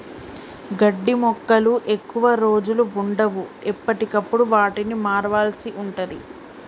గడ్డి మొక్కలు ఎక్కువ రోజులు వుండవు, ఎప్పటికప్పుడు వాటిని మార్వాల్సి ఉంటది